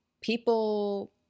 People